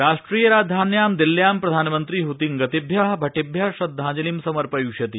राष्ट्रियराजधान्यां दिल्ल्यां प्रधानमन्त्री हृतिंगतश्रि भटक्षि श्रद्धांजलिं समर्पथिष्यति